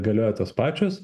galioja tos pačios